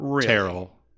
Terrell